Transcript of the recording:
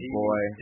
boy